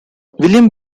williams